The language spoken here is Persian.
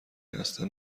دسته